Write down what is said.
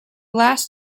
last